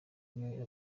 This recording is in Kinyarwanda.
niyo